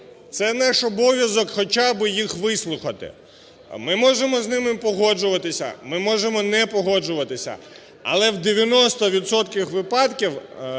це наш обов'язок хоча би їх вислухати. Ми можемо з ними погоджуватися, ми можемо не погоджуватися, але в 90 відсотках